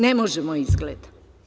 Ne možemo, izgleda.